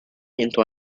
into